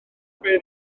beth